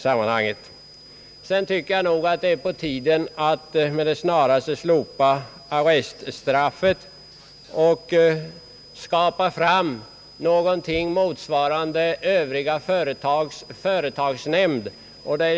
Jag tycker att det är på tiden att med det snaraste slopa arreststraffet och skapa någonting som motsvarar företagsnämnder vid övriga företag.